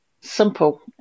simple